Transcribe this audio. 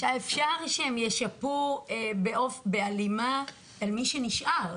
אפשר שהם ישפו בהלימה אל מי שנשאר,